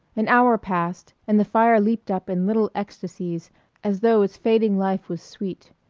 an hour passed, and the fire leaped up in little ecstasies as though its fading life was sweet.